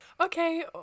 okay